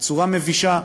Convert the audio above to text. בצורה מבישה,